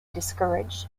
discourage